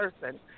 person